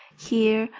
here,